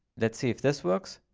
let's see if this works.